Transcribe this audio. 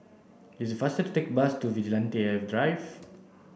it's faster to take the bus to Vigilante Drive